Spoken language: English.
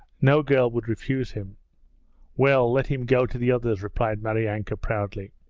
no girl would refuse him well, let him go to the others replied maryanka proudly.